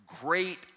great